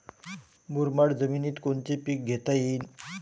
मुरमाड जमिनीत कोनचे पीकं घेता येईन?